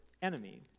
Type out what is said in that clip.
enemy